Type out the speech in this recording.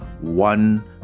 one